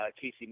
Casey